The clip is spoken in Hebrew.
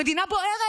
המדינה בוערת.